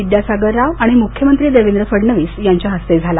विद्यासागर राव आणि मुख्यमंत्री देवेंद्र फडणवीस यांच्या हस्ते झाला